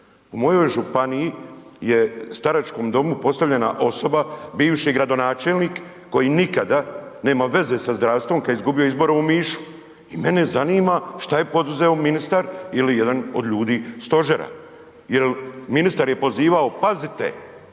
u mojoj županiji u staračkom domu postavljena osoba bivši gradonačelnik koji nikada nema veze sa zdravstvom kada je izgubio izbore u Omišu i mene zanima šta je poduzeo ministar ili jedan od ljudi stožera? Jel ministar je pozivao, pazite